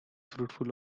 fruitful